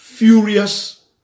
furious